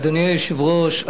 אדוני היושב-ראש,